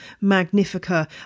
magnifica